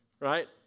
Right